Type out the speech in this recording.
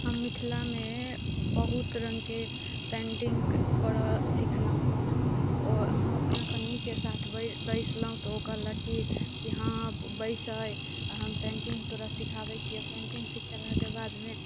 हम मिथिलामे बहुत रङ्गके पेंटिंग करय सिखलहुँ ओ हम अपना सङ्गीके साथ बैसलहुँ तऽ ओ कहलक की हँ बैसह आ हम पेंटिंग तोरा सिखाबैत छियौ पेंटिंग सिखेलाके बादमे